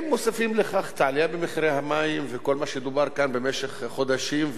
אם מוסיפים לכך את העלייה במחירי המים וכל מה שדובר כאן במשך חודשים,